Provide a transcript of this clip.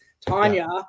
tanya